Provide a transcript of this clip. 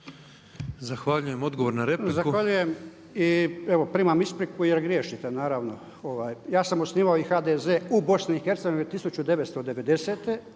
**Ljubić, Božo (HDZ)** Zahvaljujem i evo primam ispriku jer griješite naravno. Ja sam osnivao i HDZ u BiH 1990.